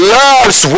loves